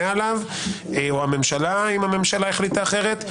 עליו או הממשלה אם הממשלה החליטה אחרת.